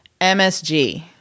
msg